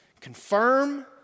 Confirm